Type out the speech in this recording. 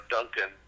Duncan